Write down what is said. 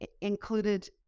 included